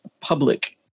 public